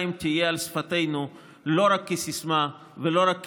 תהיה על שפתינו לא רק כסיסמה ולא רק כסמל,